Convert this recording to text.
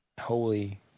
Holy